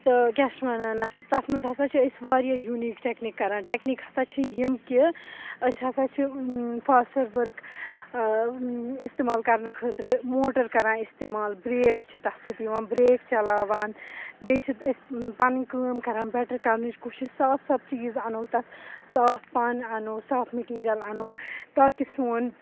تہٕ کیٛاہ چھِ وَنان اَتھ تَتھ منٛز ہَسا چھِ أسۍ واریاہ یوٗنیٖک ٹیٚکنیٖک کَران ٹیٚکنیٖک ہَسا چھِ یِم کہِ أسۍ ہَسا چھِ فاسٹَر ؤرٕک اِستعمال کَرنہٕ خٲطرٕ موٹَر کَران اِستعمال برٛیک چھِ تَتھ سۭتۍ یِوان برٛیک چَلاوان بیٚیہِ چھِ أسۍ پَنٕنۍ کٲم کَران بیٚٹَر کَرنٕچ کوٗشِش صاف صاف چیٖز اَنو تَتھ صاف پَن اَنو صاف میٹیٖریَل اَنو تاکہِ سون